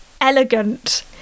elegant